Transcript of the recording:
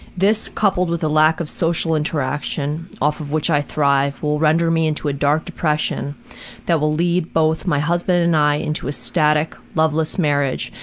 this, coupled with the lack of social interaction, off of which i thrive, will render me into a dark depression that will lead both my husband and i into a static, loveless marriage,